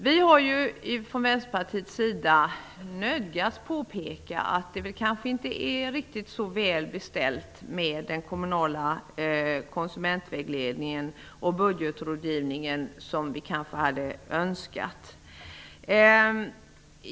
Vi från Västerpartiet har nödgats påpeka att det inte alltid är så väl beställt med den kommunala konsumentvägledningen och budgetrådgivningen som vi skulle ha önskat.